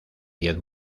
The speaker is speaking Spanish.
diez